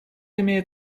имеет